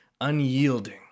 unyielding